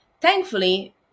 thankfully